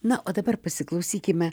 na o dabar pasiklausykime